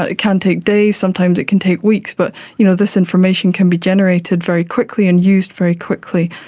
ah can take days, sometimes it can take weeks, but you know this information can be generated very quickly and used very quickly.